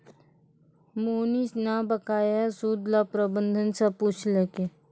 मोहनीश न बकाया सूद ल प्रबंधक स पूछलकै